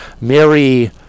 Mary